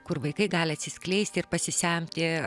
kur vaikai gali atsiskleisti ir pasisemti